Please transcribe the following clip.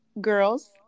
Girls